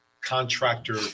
contractor